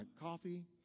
coffee